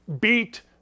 beat